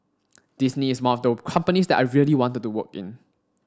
Disney is one of the companies that I really wanted to work in